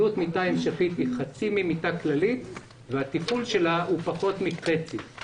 עלות מיטה המשכית היא חצי ממיטה כללית והטיפול שלה הוא פחות מחצי.